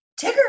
Tigger